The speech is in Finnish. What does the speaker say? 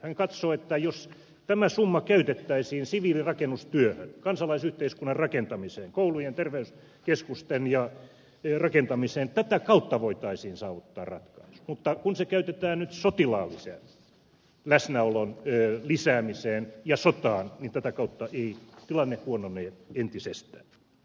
hän katsoo että jos tämä summa käytettäisiin siviilirakennustyöhön kansalaisyhteiskunnan rakentamiseen koulujen ja terveyskeskusten rakentamiseen tätä kautta voitaisiin saavuttaa ratkaisu mutta kun se käytetään nyt sotilaallisen läsnäolon lisäämiseen ja sotaan niin tätä kautta tilanne huononee entisestään